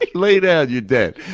like lay down. you're dead.